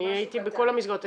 אני הייתי בכל המסגרות.